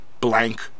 blank